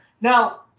now